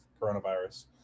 coronavirus